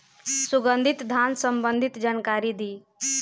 सुगंधित धान संबंधित जानकारी दी?